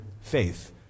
faith